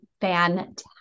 fantastic